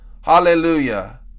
Hallelujah